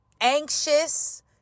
Anxious